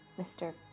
Mr